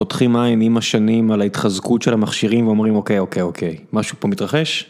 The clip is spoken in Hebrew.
פותחים עין עם השנים על ההתחזקות של המכשירים ואומרים אוקיי, אוקיי, אוקיי, משהו פה מתרחש?